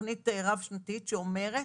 תכנית רב שנתית שאומרת,